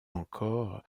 encore